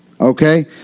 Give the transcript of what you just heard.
Okay